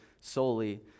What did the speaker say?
solely